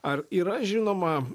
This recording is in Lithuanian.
ar yra žinoma